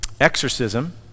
Exorcism